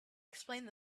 explained